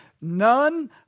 none